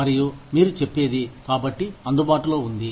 మరియు మీరు చెప్పేది కాబట్టి అందుబాటులో ఉంది